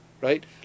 right